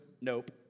nope